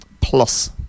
Plus